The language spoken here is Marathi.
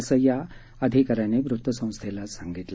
असं या अधिकाकाऱ्यांनी वृत्तसंस्थेला सांगितलं